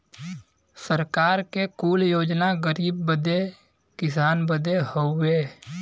सरकार के कुल योजना गरीब बदे किसान बदे हउवे